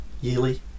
yearly